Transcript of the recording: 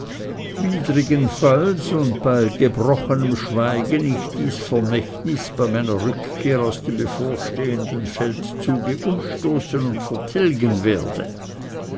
widrigenfalls und bei gebrochenem schweigen ich dies vermächtnis bei meiner rückkehr aus dem bevorstehenden feldzuge umstoßen und vertilgen werde